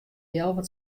healwei